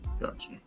Gotcha